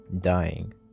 dying